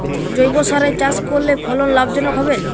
জৈবসারে চাষ করলে ফলন লাভজনক হবে?